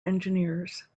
engineers